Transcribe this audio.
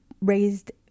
raised